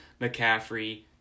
McCaffrey